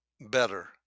better